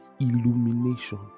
illumination